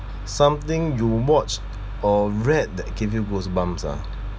something you watch or read that give you goosebumps ah